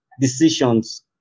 decisions